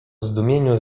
zdumieniu